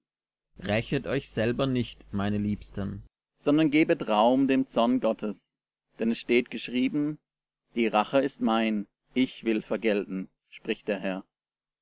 rächet euch selber nicht meine liebsten sondern gebet raum dem zorn gottes denn es steht geschrieben die rache ist mein ich will vergelten spricht der herr